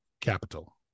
capital